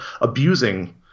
abusing